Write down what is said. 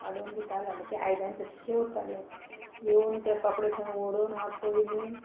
वाडून दितालो मागीर तीं आयदनां तश्शीं उरतालीं येवन ते कपडे थंय व्हडोन हांव पयली